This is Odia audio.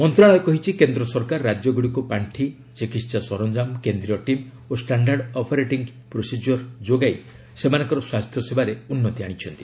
ମନ୍ତ୍ରଶାଳୟ କହିଛି କେନ୍ଦ ସରକାର ରାଜ୍ୟଗ୍ରଡ଼ିକୁ ପାର୍ଶି ଚିକିତ୍ସା ସରଞ୍ଜାମ କେନ୍ଦ୍ରୀୟ ଟିମ୍ ଓ ଷ୍ଟାଶ୍ଡାର୍ଡ ଅପରେଟିଙ୍ଗ୍ ପ୍ରୋସିଜିଓର ଯୋଗାଇ ସେମାନଙ୍କର ସ୍ୱାସ୍ଥ୍ୟସେବାରେ ଉନ୍ନତି ଆଣିଛନ୍ତି